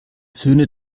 söhne